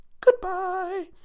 goodbye